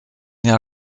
jahr